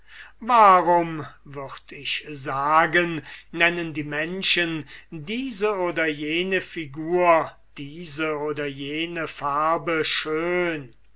warum würd ich sagen nennen die menschen diese oder jene figur diese oder jene farbe schön